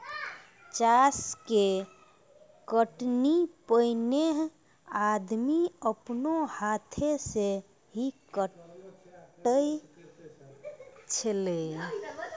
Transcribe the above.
चास के कटनी पैनेहे आदमी आपनो हाथै से ही काटै छेलै